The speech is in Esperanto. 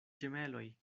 ĝemeloj